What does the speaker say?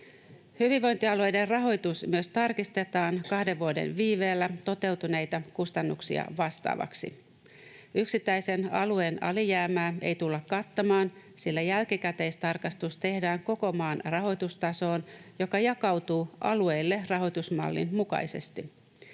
Hyvinvointialueiden rahoitus myös tarkistetaan kahden vuoden viiveellä toteutuneita kustannuksia vastaavaksi. Yksittäisen alueen alijäämää ei tulla kattamaan, sillä jälkikäteistarkastus tehdään koko maan rahoitustasoon, joka jakautuu alueille rahoitusmallin mukaisesti.